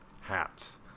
hats